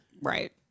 Right